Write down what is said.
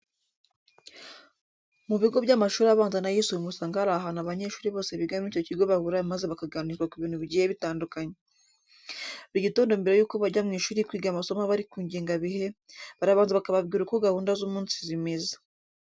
Mu bigo by'amashuri abanza n'ayisumbuye usanga hari ahantu abanyeshuri bose biga muri icyo kigo bahurira maze bakaganirizwa ku bintu bigiye bitandukanye. Buri gitondo mbere yuko bajya mu ishuri kwiga amasomo aba ari ku ngengabihe, barabanza bakababwira uko gahunda z'umunsi zimeze.